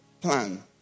plan